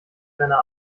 seiner